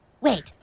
Wait